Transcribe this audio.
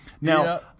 Now-